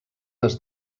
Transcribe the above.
les